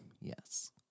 Yes